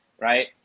right